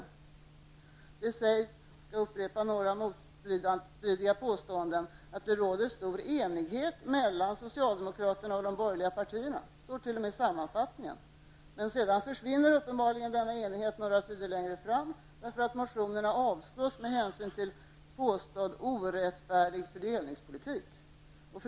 Först sägs -- jag skall upprepa några motstridiga påståenden -- att det råder stor enighet mellan socialdemokraterna och de borgerliga partierna. Så står det t.o.m. i sammanfattningen. Sedan försvinner uppenbarligen denna enighet, för några rader längre fram avstyrks motionerna med hänsyn till påstådd orättfärdig fördelningspolitik.